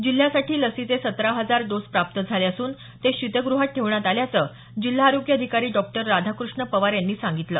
जिल्ह्यासाठी लसीचे सतरा हजार डोस प्राप्त झाले असून ते शीतग्रहात ठेवण्यात आल्याचं जिल्हा आरोग्य आधिकारी डॉक्टर राधाकृष्ण पवार यांनी सांगितलं